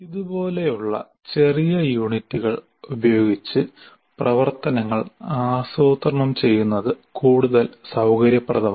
ഇതുപോലുള്ള ചെറിയ യൂണിറ്റുകൾ ഉപയോഗിച്ച് പ്രവർത്തനങ്ങൾ ആസൂത്രണം ചെയ്യുന്നത് കൂടുതൽ സൌകര്യപ്രദമാണ്